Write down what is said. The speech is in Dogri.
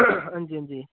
हां जी हां जी